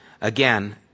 again